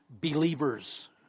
believers